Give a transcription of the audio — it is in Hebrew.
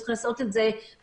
צריך לעשות את זה מהר,